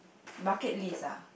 bucket list ah